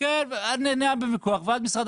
לפעמים צריך להיות חכם ולא צודק ואז דאכן משרד